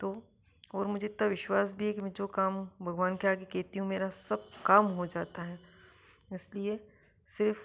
तो और मुझे इत्ता विश्वास भी है कि मैं जो काम भगवान के आगे कहती हूँ मेरा सब काम हो जाता है इसलिए सिर्फ